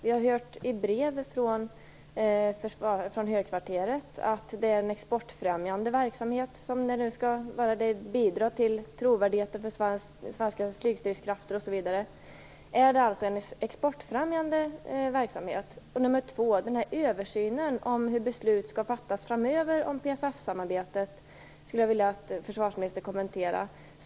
I brev från högkvarteret har vi läst att detta är en exportfrämjande verksamhet, som skall bidra till trovärdigheten till svenska flygstridskrafter osv. Är detta en exportfrämjande verksamhet? För det andra gäller det översynen av hur beslut skall fattas framöver om PFF-samarbetet. Jag skulle vilja att försvarsministern kommenterade detta.